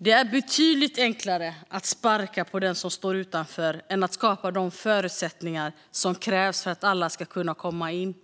Det är betydligt enklare att sparka på den som står utanför än att skapa de förutsättningar som krävs för att alla ska kunna komma in.